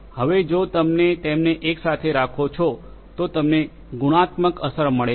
હવે જો તમે તેમને એકસાથે રાખો છો તો તમને ગુણાત્મક અસર મળે છે